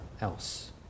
else